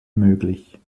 möglich